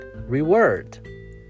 Reward